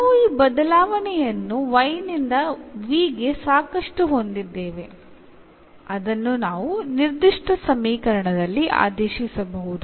ನಾವು ಈ ಬದಲಾವಣೆಯನ್ನು y ನಿಂದ v ಗೆ ಸಾಕಷ್ಟು ಹೊಂದಿದ್ದೇವೆ ಅದನ್ನು ನಾವು ನಿರ್ದಿಷ್ಟ ಸಮೀಕರಣದಲ್ಲಿ ಆದೇಶಿಸಬಹುದು